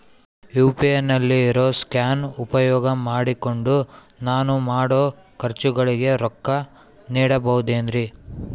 UPI ನಲ್ಲಿ ಇರೋ scan ಉಪಯೋಗ ಮಾಡಿಕೊಂಡು ನಾನು ಮಾಡೋ ಖರ್ಚುಗಳಿಗೆ ರೊಕ್ಕ ನೇಡಬಹುದೇನ್ರಿ?